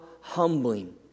humbling